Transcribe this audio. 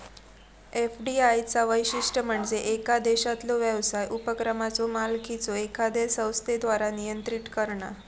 FDI चा वैशिष्ट्य म्हणजे येका देशातलो व्यवसाय उपक्रमाचो मालकी एखाद्या संस्थेद्वारा नियंत्रित करणा